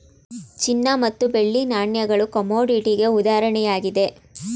ಚಿನ್ನ ಮತ್ತು ಬೆಳ್ಳಿ ನಾಣ್ಯಗಳು ಕಮೋಡಿಟಿಗೆ ಉದಾಹರಣೆಯಾಗಿದೆ